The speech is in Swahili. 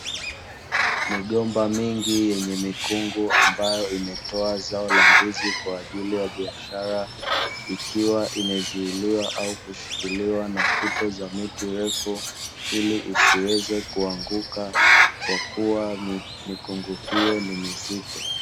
Migomba mingi yenye mikungu ambayo imetoa zao la ndizi kwa ajili ya biashara. Ikiwa imezuiliwa au kushikiliwa na fito za miti refu, ili isiweze kuanguka kwa kuwa mikungu hiyo ni mizito.